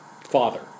Father